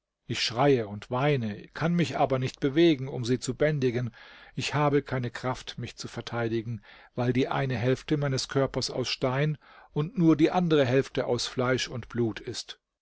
ich schreie und weine kann mich aber nicht bewegen um sie zu bändigen ich habe keine kraft mich zu verteidigen weil die eine hälfte meines körpers aus stein und nur die andere hälfte aus fleisch und blut ist